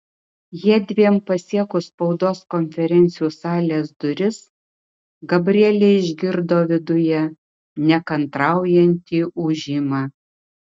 jiedviem pasiekus spaudos konferencijų salės duris gabrielė išgirdo viduje nekantraujantį ūžimą